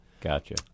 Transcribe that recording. Gotcha